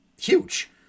huge